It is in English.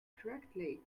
correctly